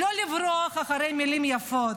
ולא לברוח אחרי מילים יפות.